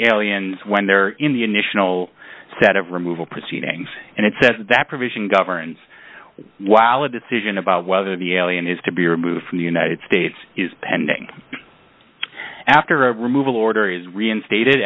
aliens when they're in the initial set of removal proceedings and it says that provision governs while a decision about whether the alien is to be removed from the united states is pending after a removal order is reinstated